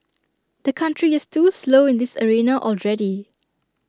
the country is too slow in this arena already